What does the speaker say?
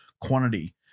quantity